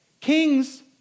Kings